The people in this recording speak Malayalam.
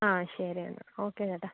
ആ ശരിയെന്നാൽ ഓക്കെ ചേട്ടാ